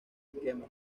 esquema